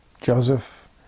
Joseph